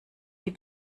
die